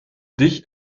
dich